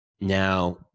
Now